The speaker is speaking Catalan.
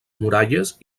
muralles